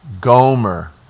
Gomer